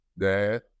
dad